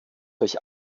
durch